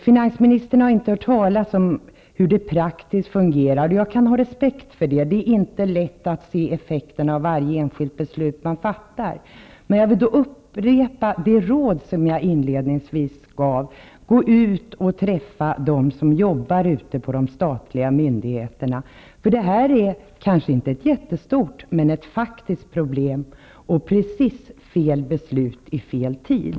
Finansministern har inte hört talas om hur det fungerar praktiskt, och jag kan ha respekt för det -- det är inte lätt att se effekterna av varje enskilt beslut man fattar. Jag vill upprepa det råd jag gav inledningsvis: Gå ut och träffa dem som jobbar på statliga myndighe ter! Det här är kanske inte ett jättestort problem, men det är ett faktiskt problem, och det är fel beslut i fel tid.